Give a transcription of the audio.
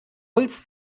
holz